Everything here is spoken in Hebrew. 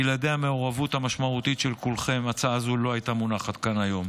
בלעדי המעורבות המשמעותית של כולכם הצעה זו לא הייתה מונחת כאן היום.